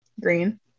Green